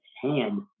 hand